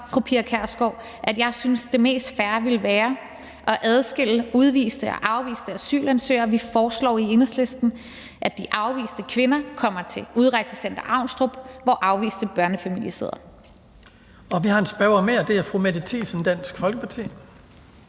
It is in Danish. at jeg synes, at det mest fair ville være at adskille udviste og afviste asylansøgere. Vi foreslår i Enhedslisten, at de afviste kvinder kommer til udrejsecenteret Avnstrup, hvor afviste børnefamilier sidder.